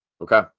Okay